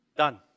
Done